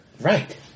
Right